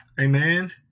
Amen